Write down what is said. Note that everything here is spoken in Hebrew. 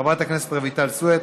חברת הכנסת רויטל סויד,